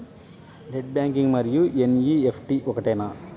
Net banking మరియు NEFT ఒకటేనా?